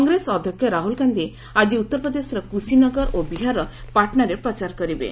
କଂଗ୍ରେସ ଅଧ୍ୟକ୍ଷ ରାହୁଲ ଗାନ୍ଧି ଆଜି ଉତ୍ତରପ୍ରଦେଶର କୁଶୀନଗର ଓ ବିହାରର ପାଟନାରେ ପ୍ରଚାର କରିବେ